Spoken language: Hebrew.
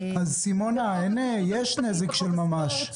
סימונה, יש נזק של ממש.